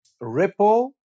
Ripple